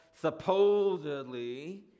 supposedly